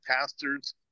pastors